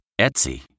Etsy